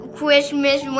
Christmas